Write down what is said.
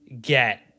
get